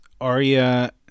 Arya